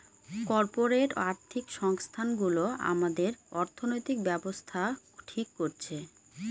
corporate আর্থিক সংস্থানগুলো আমাদের অর্থনৈতিক ব্যাবস্থা ঠিক করছে